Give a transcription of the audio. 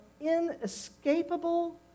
inescapable